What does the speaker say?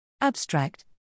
Abstract